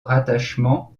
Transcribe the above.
rattachement